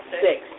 Six